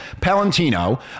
Palantino